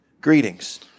Greetings